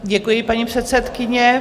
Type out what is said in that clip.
Děkuji, paní předsedkyně.